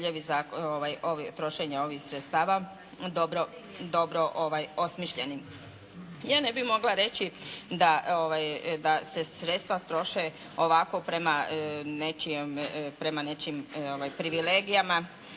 za trošenje ovih sredstava dobro osmišljeni. Ja ne bi mogla reći da se sredstva troše ovako prema nečijim privilegijama